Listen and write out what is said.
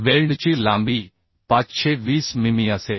वेल्डची लांबी 520 मिमी असेल